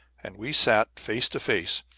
and we sat face to face,